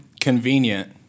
Convenient